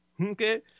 okay